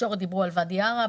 בתקשורת דיברו על ואדי ערה,